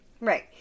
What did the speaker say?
right